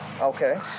Okay